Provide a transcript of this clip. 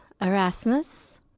Erasmus